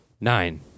Nine